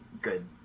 good